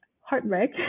heartbreak